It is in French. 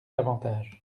davantage